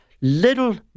little